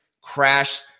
crash